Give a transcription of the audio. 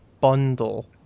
bundle